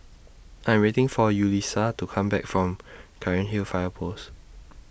I Am waiting For Yulissa to Come Back from Cairnhill Fire Post